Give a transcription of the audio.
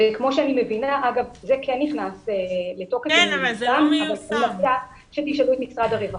מבינה שזה כן נכנס לתוקף וזה במשרד הרווחה.